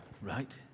right